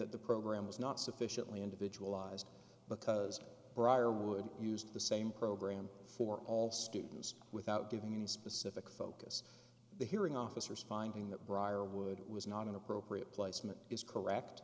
that the program was not sufficiently individualized because briarwood used the same program for all students without giving any specific focus the hearing officers finding that briarwood was not an appropriate placement is correct